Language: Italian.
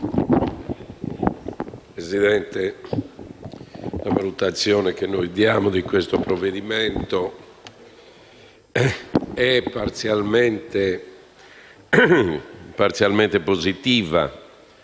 Presidente, la valutazione che diamo di questo provvedimento è parzialmente positiva